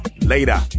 later